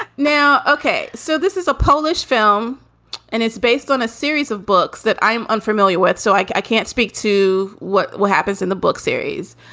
but now, ok? so this is a polish film and it's based on a series of books that i'm unfamiliar with. so i can't speak to what what happens in the book series.